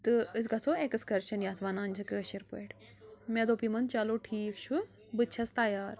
تہٕ أسۍ گژھو ایکسکرٛشَن یَتھ وَنان چھِ کٲشِرۍ پٲٹھۍ مےٚ دوٚپ یِمن چلو ٹھیٖک چھُ بہٕ تہِ چھَس تیار